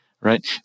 right